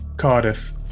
Cardiff